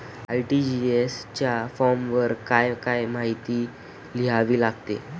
RTGS च्या फॉर्मवर काय काय माहिती लिहावी लागते?